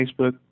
Facebook